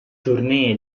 tournée